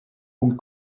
punkt